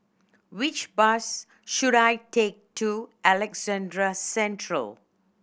which bus should I take to Alexandra Central